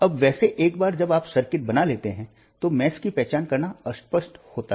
अब वैसे एक बार जब आप सर्किट बना लेते हैं तो मेश की पहचान करना अस्पष्ट होता है